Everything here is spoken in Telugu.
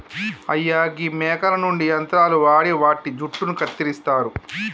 అయ్యా గీ మేకల నుండి యంత్రాలు వాడి వాటి జుట్టును కత్తిరిస్తారు